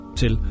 til